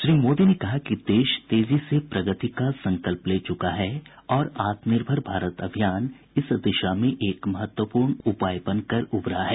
श्री मोदी ने कहा कि देश तेजी से प्रगति का संकल्प ले चुका है और आत्मनिर्भर भारत अभियान इस दिशा में एक महत्वपूर्ण उपाय बनकर उभरा है